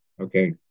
Okay